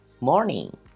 morning